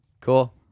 Cool